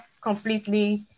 completely